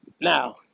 Now